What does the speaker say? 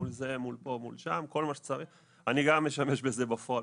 גם אני עושה את זה בפועל,